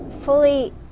fully